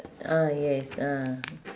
ah yes ah